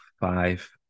Five